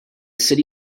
city